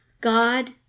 God